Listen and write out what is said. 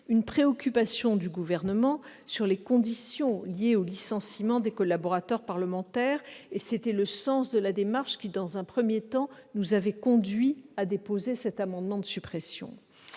une préoccupation du Gouvernement sur les conditions liées au licenciement des collaborateurs parlementaires. C'était le sens de la démarche qui, dans un premier temps, nous avait conduits à déposer cet amendement de suppression.